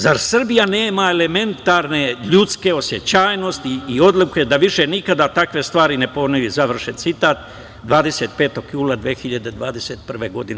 Zar Srbija nema elementarne ljudske osećajnosti i odlike da više nikada takve stvari ne ponovi?“, završen citat, 25. jula 2021. godine.